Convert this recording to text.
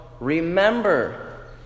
Remember